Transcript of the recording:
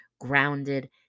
grounded